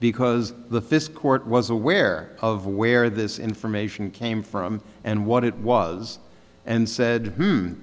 because the fisc ort was aware of where this information came from and what it was and said